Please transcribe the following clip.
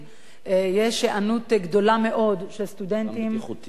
יש היענות גדולה מאוד של סטודנטים שמדברים